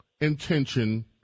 intention